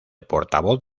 portavoz